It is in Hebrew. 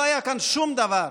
לא היה כאן שום דבר,